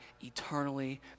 eternally